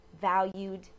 valued